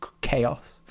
chaos